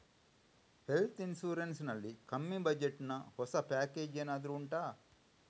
health insurance ನಲ್ಲಿ ಕಮ್ಮಿ budget ನ ಹೊಸ ಪ್ಯಾಕೇಜ್ ಏನಾದರೂ ಉಂಟಾ